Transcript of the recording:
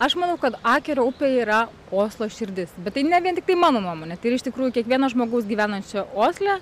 aš manau kad akerio upė yra oslo širdis bet tai ne vien tiktai mano nuomonė tai yra iš tikrųjų kiekvieno žmogaus gyvenančio osle